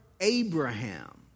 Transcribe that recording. Abraham